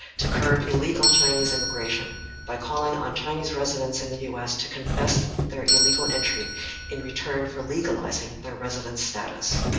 to curb illegal chinese immigration by calling on chinese residents in the us to confess their illegal entry in return for legalizing their resident status.